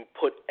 put